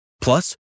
Plus